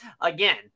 again